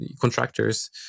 contractors